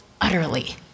utterly